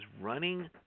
running